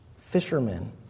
Fishermen